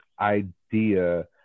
idea